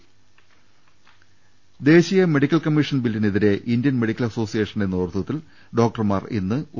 രുട്ട്ട്ട്ട്ട്ട്ട്ട്ട ദേശീയ medical commission ബില്ലിനെതിരെ ഇന്ത്യൻ മെഡിക്കൽ അസോസിയേഷന്റെ നേതൃത്വത്തിൽ ഡോക്ടർമാർ ഇന്ന് ഒ